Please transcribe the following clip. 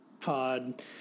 pod